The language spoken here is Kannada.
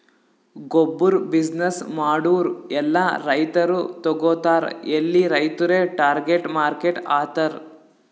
ಗೊಬ್ಬುರ್ ಬಿಸಿನ್ನೆಸ್ ಮಾಡೂರ್ ಎಲ್ಲಾ ರೈತರು ತಗೋತಾರ್ ಎಲ್ಲಿ ರೈತುರೇ ಟಾರ್ಗೆಟ್ ಮಾರ್ಕೆಟ್ ಆತರ್